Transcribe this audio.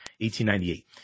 1898